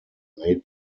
made